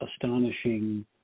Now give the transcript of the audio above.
astonishing